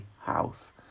house